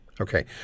Okay